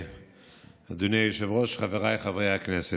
אדוני היושב-ראש, חבריי חברי הכנסת,